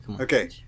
Okay